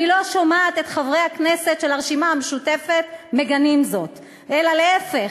אני לא שומעת את חברי הכנסת של הרשימה המשותפת מגנים זאת אלא להפך,